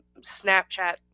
Snapchat